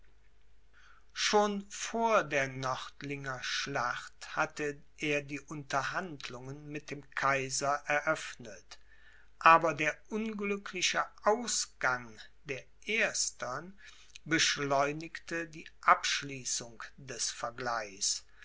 schon vor der nördlinger schlacht hatte er die unterhandlungen mit dem kaiser eröffnet aber der unglückliche ausgang der erstern beschleunigte die abschließung des vergleichs